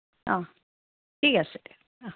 অহ ঠিক আছে অহ